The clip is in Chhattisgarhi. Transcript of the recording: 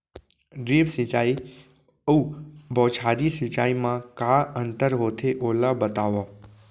ड्रिप सिंचाई अऊ बौछारी सिंचाई मा का अंतर होथे, ओला बतावव?